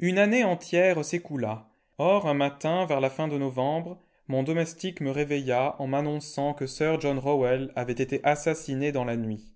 une année entière s'écoula or un matin vers la fin de novembre mon domestique me réveilla en m'annonçant que sir john rowell avait été assassiné dans la nuit